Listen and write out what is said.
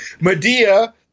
Medea